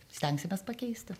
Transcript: stengsimės pakeisti